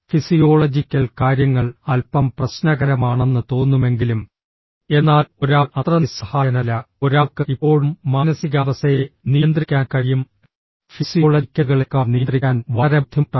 physiological കാര്യങ്ങൾ അൽപ്പം പ്രശ്നകരമാണെന്ന് തോന്നുമെങ്കിലും എന്നാൽ ഒരാൾ അത്ര നിസ്സഹായനല്ല ഒരാൾക്ക് ഇപ്പോഴും മാനസികാവസ്ഥയെ നിയന്ത്രിക്കാൻ കഴിയും ഫിസിയോളജിക്കലുകളേക്കാൾ നിയന്ത്രിക്കാൻ വളരെ ബുദ്ധിമുട്ടാണ്